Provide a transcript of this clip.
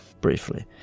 Briefly